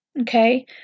okay